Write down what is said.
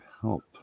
help